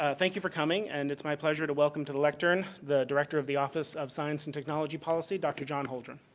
ah thank you for coming. and it's my pleasure to welcome to the lectern the director of the office of science and technology policy, dr. john holdren.